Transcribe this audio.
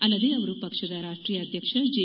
ಅಲ್ಲದೆ ಅವರು ಪಕ್ಷದ ರಾಷ್ಷೀಯ ಅಧ್ವಕ್ಷ ಜೆ